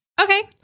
Okay